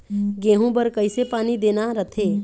गेहूं बर कइसे पानी देना रथे?